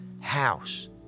house